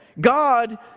God